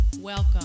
Welcome